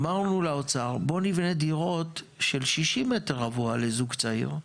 אמרנו לאוצר בואו נבנה דירות של 60 מ"ר לזוג צעיר.